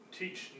teach